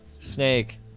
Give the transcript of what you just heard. Snake